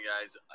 guys